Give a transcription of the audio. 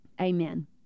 amen